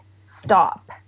stop